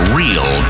real